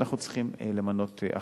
ואנחנו צריכים למנות אחרים.